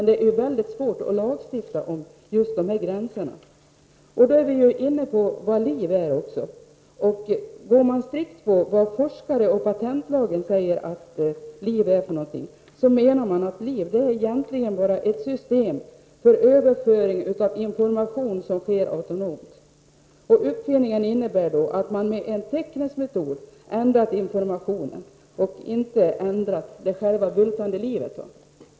Det är dock mycket svårt att lagstifta om denna gränsdragning, och vi är då också inne på frågan vad liv egentligen är. Följer man strikt den definition som görs i patentlagen och av forskare, kommer man fram till att liv egentligen bara är ett system för överföring av information som sker automatiskt. Uppfinningen innebär att man med en teknisk metod ändrar informationen, inte själva det bultande livet.